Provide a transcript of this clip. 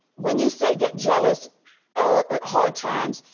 when you say get jealous or hard times,